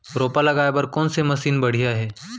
रोपा लगाए बर कोन से मशीन बढ़िया हे?